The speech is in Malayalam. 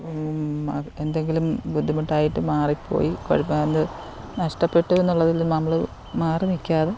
അ എന്തെങ്കിലും ബുദ്ധിമുട്ടായിട്ട് മാറിപ്പോയി കുഴപ്പം അത് നഷ്ട്ടപ്പെട്ടുന്നുള്ളതിൽ നമ്മൾ മാറി നിൽക്കാതെ